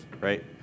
right